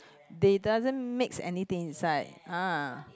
they doesn't mix anything inside ah